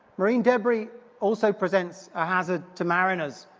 marine debris also presents a hazard to mariners,